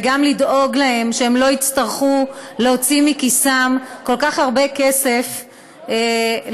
וגם דואגים להם שהם לא יצטרכו להוציא מכיסם כל כך הרבה כסף לחימום.